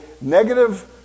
negative